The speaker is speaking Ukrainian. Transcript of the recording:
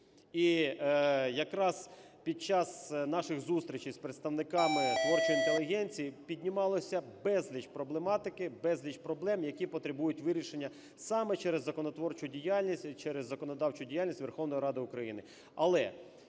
І якраз під час наших зустрічей з представниками творчої інтелігенції піднімалось безліч проблематики, безліч проблем, які потребують вирішення саме через законотворчу діяльність, через законодавчу діяльність Верховної Ради України.